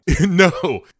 No